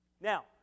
Now